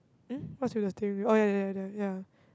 hmm what's with the steering wheel oh ya ya ya ya ya